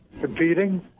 competing